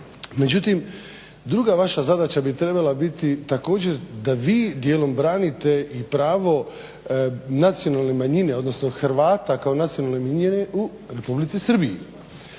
Međutim, druga vaša zadaća bi trebala biti također da vi dijelom branite i pravo nacionalne manjine, odnosno Hrvata kao nacionalne manjine u Republici Srbiji.